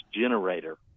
generator